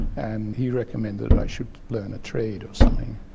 and he recommended i should learn a trade or something.